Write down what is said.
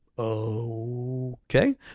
okay